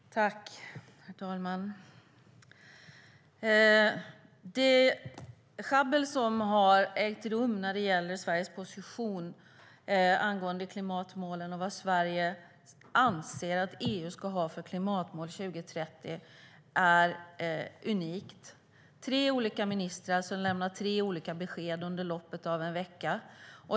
Herr talman! Det sjabbel som har ägt rum när det gäller Sveriges position angående klimatmålen och vad Sverige anser att EU ska ha för klimatmål 2030 är unikt. Tre olika ministrar har lämnat tre olika besked under loppet av en vecka.